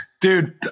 Dude